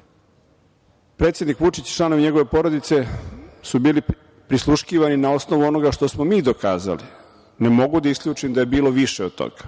Srbije. Predsednik Vučić i članovi njegove porodice su bili prisluškivani na osnovu onoga što smo mi dokazali. Ne mogu da isključim da je bilo više od toga,